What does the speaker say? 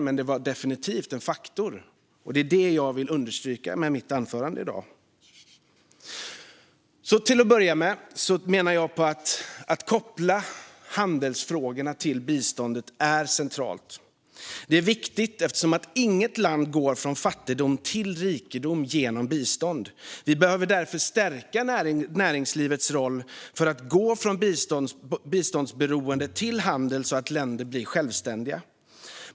Men det var definitivt en faktor. Det är vad jag vill understryka med mitt anförande i dag. Till att börja med menar jag att det är centralt att koppla biståndet till handelsfrågorna. Det är viktigt eftersom inget land går ifrån fattigdom till rikedom genom bistånd. Vi behöver därför stärka näringslivets roll för att gå från biståndsberoende till handel så att länder bli självständiga.